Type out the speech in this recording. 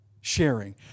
sharing